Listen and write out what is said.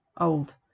old